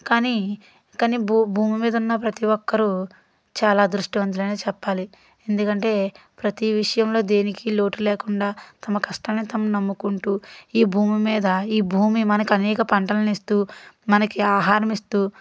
కానీ కానీ భూ భూమి మీదున్న ప్రతీ ఒక్కరు చాలా అదృష్టవంతులనే చెప్పాలి ఎందుకంటే ప్రతీ విషయంలో దేనికి లోటు లేకుండా తమ కష్టాన్ని తమ నమ్మువుంటూ ఈ భూమి మీద ఈ భూమి మనకనేక పంటలనిస్తూ మనకి ఆహారమిస్తూ